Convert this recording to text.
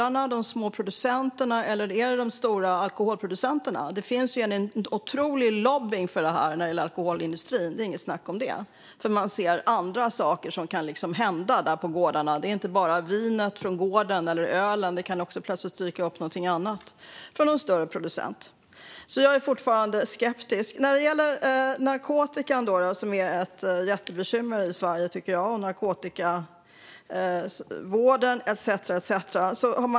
Är det de små producenterna på gårdarna, eller är det de stora alkoholproducenterna? Det pågår en otrolig lobbying för detta från alkoholindustrin; det är inget snack om det. De ser att annat kan hända där på gårdarna som inte handlar om vinet eller ölet från gården. Plötsligt kan det ju dyka upp annat där från en större producent. Därför är jag fortfarande skeptisk. Narkotikan, narkotikavården etcetera är ett jätteproblem i Sverige.